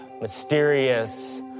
mysterious